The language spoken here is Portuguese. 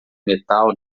metal